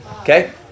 Okay